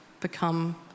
become